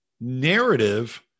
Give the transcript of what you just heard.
Narrative